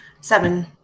seven